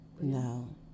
No